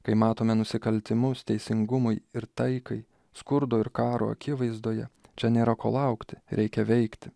kai matome nusikaltimus teisingumui ir taikai skurdo ir karo akivaizdoje čia nėra ko laukti reikia veikti